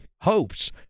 hopes